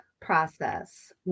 process